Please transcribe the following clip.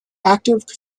active